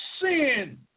sin